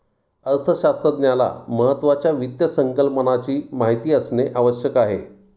अर्थशास्त्रज्ञाला महत्त्वाच्या वित्त संकल्पनाची माहिती असणे आवश्यक आहे